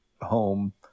home